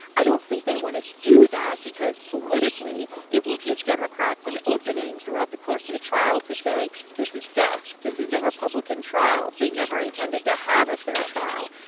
i don't think they want to do that because politically, it will give democrats an opening throughout the course of the trial to say this is fixed, this is a republican trial, they never intended to have a fair trial.